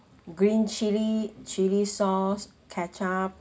green chilli chilli sauce ketchup